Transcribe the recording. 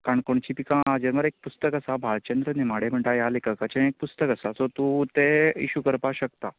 काणकोणची पिकां हाजेर मरे एक पुस्तक आसा भालचंद्र नेमाडे म्हणटा ह्या लेखकाचे पुस्तक आसा सो तूं तें इशू करपाक शकता